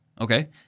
Okay